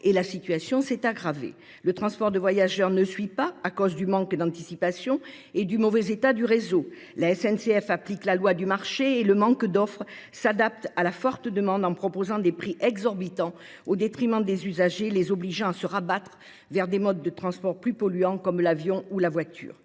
et la situation s'est aggravée. Le transport de voyageurs ne suit pas à cause du manque d'anticipation et du mauvais état du réseau. La SNCF applique la loi du marché et le manque d'offres s'adapte à la forte demande en proposant des prix exorbitants au détriment des usagers les obligeant à se rabattre vers des modes de transports plus polluants comme l'avion ou la voiture.